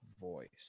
voice